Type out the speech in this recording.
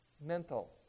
mental